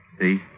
See